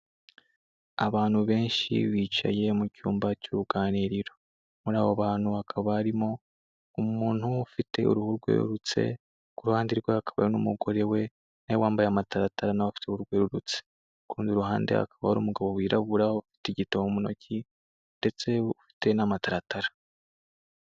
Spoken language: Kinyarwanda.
Abantu benshi bicaye mu cyumba cy'uruganiriro. Muri abo bantu hakaba harimo umuntu ufite uruhu rwerurutse, ku ruhande rwe hakaba hari n'umugore we na we wambaye amataratara na we afite uruhu rwererutse. Ku rundi ruhande hakaba hari umugabo wirabura ufite igitabo mu ntoki ndetse ufite n'amataratara.